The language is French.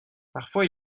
parfois